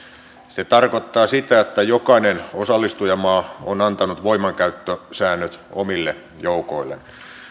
se tarkoittaa sitä että jokainen osallistujamaa on antanut voimankäyttösäännöt omille joukoilleen